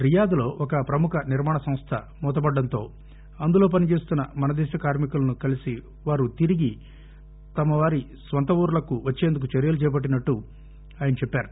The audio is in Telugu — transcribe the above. రియాద్ లో ఒక ప్రముఖ నిర్మాణ సంస్ల మూత పడటం తో అందులో పని చేస్తున్ప మన దేశ కార్మికులను కలిసి వారు తిరిగి తమ వారి స్వంత ఊర్ల కు వచ్చేందుకు చర్యలు చేపట్టినట్లు ఆయన చెప్పారు